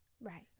Right